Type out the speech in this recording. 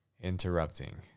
interrupting